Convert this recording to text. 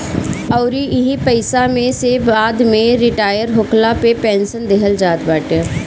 अउरी एही पईसा में से बाद में रिटायर होखला पे पेंशन देहल जात बाटे